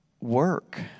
work